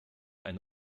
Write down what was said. eine